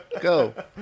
Go